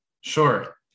Sure